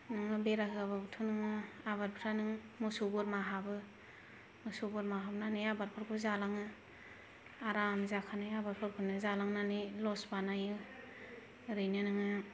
नोङो बेरा होआबाबोथ' नोङो आबादफ्रा नों मोसौ बोरमा हाबो मोसौ बोरमा हाबनानै आबादफोरखौ जालाङो आराम जाखानाय आबादफोरखौनो जालांनानै लस बानायो ओरैनो नोङो